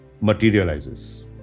materializes